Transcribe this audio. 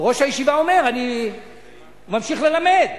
ראש הישיבה אומר: אני ממשיך ללמד.